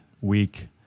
week